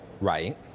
Right